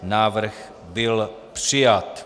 Návrh byl přijat.